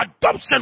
adoption